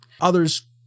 Others